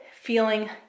feeling